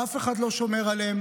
ואף אחד לא שומר עליהם.